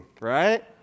Right